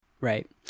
right